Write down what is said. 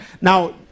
Now